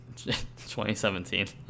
2017